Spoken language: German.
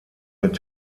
mit